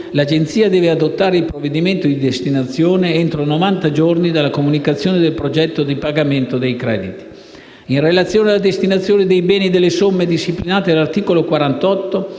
l'Agenzia deve adottare il provvedimento di destinazione entro novanta giorni dalla comunicazione del progetto di pagamento dei crediti. In relazione alla destinazione dei beni e delle somme, disciplinata dall'articolo 48